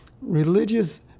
religious